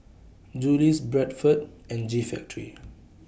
Julie's Bradford and G Factory